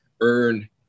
earn